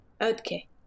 Okay